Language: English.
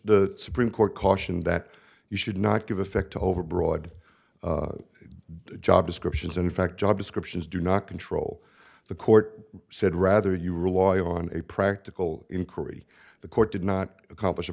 the supreme court cautioned that you should not give effect to over broad job descriptions in fact job descriptions do not control the court said rather you rely on a practical inquiry the court did not accomplish